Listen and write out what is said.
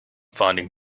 finding